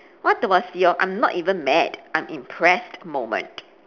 what was your I'm not even mad I'm impressed moment